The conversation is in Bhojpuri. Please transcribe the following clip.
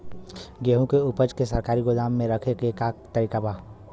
गेहूँ के ऊपज के सरकारी गोदाम मे रखे के का तरीका बा?